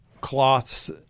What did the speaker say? cloths